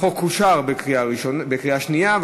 החוק אושר בקריאה שנייה,